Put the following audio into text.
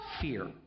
fear